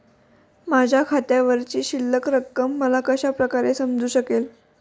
माझ्या खात्यावरची शिल्लक रक्कम मला कशा प्रकारे समजू शकते?